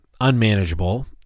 unmanageable